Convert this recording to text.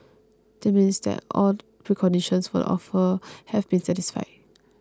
this means that all preconditions for the offer have been satisfied